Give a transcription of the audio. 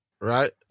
Right